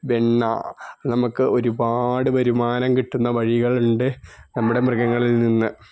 വെണ്ണ നമുക്ക് ഒരുപാട് വരുമാനം കിട്ടുന്ന വഴികളുണ്ട് നമ്മുടെ മൃഗങ്ങളില് നിന്ന്